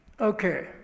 Okay